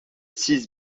six